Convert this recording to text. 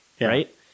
right